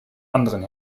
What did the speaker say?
anderen